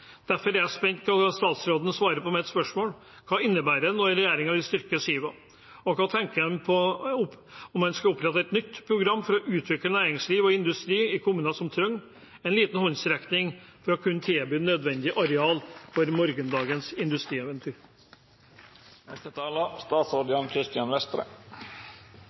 Derfor er jeg spent på hva statsråden svarer på spørsmålet mitt: Hva innebærer det når regjeringen vil styrke Siva, og hva tenker han om å opprette et nytt program for å utvikle næringsliv og industri i kommuner som trenger en liten håndsrekning for å kunne tilby nødvendige areal for morgendagens